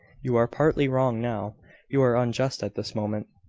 you are partly wrong now you are unjust at this moment,